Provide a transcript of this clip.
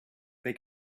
they